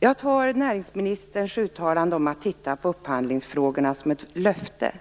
Jag tar näringsministerns uttalande om att titta på upphandlingsfrågorna som ett löfte.